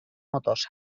motors